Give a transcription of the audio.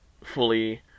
fully